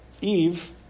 Eve